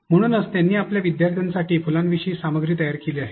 म्हणूनच त्यांनी आपल्या विद्यार्थ्यांसाठी फुलांविषयी सामग्री तयार केली आहे